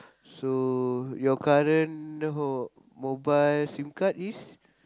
so your current hold mobile sim card is